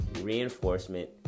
reinforcement